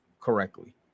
correctly